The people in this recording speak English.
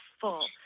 full